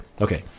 Okay